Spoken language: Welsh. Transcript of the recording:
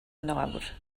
nawr